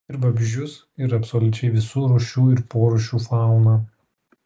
ir vabzdžius ir absoliučiai visų rūšių ir porūšių fauną